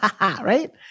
right